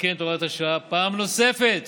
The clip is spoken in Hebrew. לתקן את הוראת השעה פעם נוספת